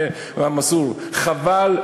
חבל.